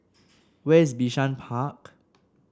where is Bishan Park